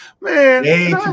Man